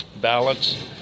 Balance